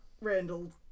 Randall